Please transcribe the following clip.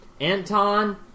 Anton